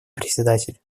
председатель